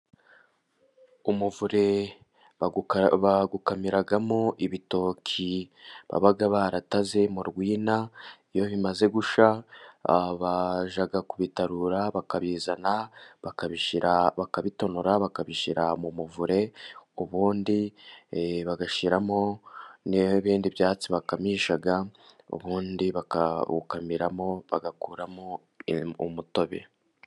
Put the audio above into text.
Umuvure bawukamiramo ibitoki baba barataze mu rwina, iyo bimaze gushya bajya kubitarura, bakabizana bakabitonora bakabishyira mu muvure, ubundi bagashyiramo n'ibindi byatsi bakamisha ubundi bakawukamiramo bagakuramo umutobe.